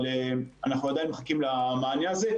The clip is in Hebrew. אבל אנחנו עדיין מחכים למענה הזה.